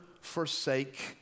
forsake